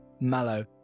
Mallow